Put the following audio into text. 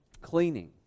cleaning